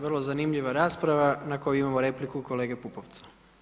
Vrlo zanimljiva rasprava na koju imamo repliku kolege Pupovca.